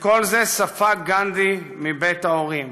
את כל זה ספג גנדי מבית ההורים,